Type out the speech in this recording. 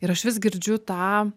ir aš vis girdžiu tą